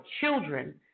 children